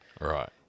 Right